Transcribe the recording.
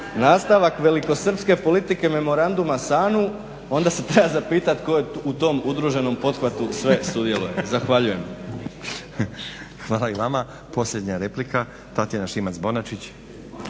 nastavak velikosrpske politike memoranduma Sanu onda se treba zapitati tko je u tom udruženom pothvatu sve sudjelujem. Zahvaljujem. **Stazić, Nenad (SDP)** Hvala i vama. Posljednja replika Tatjana Šimac-Bonačić.